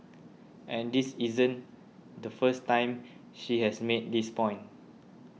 and this isn't the first time she has made this point